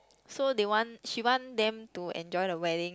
so they want she want them to enjoy the wedding